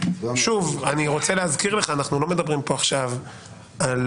אני רוצה להזכיר לך שאנחנו לא מדברים כאן עכשיו על